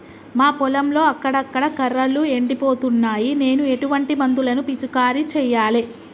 మా పొలంలో అక్కడక్కడ కర్రలు ఎండిపోతున్నాయి నేను ఎటువంటి మందులను పిచికారీ చెయ్యాలే?